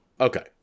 Okay